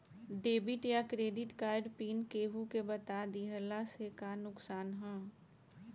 Debit या credit card PIN केहूके बता दिहला से का नुकसान ह?